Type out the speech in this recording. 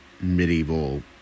medieval